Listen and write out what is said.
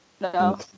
no